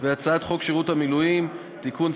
3. הצעת חוק שירות המילואים (תיקון,